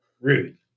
rude